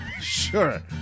sure